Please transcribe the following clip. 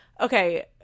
okay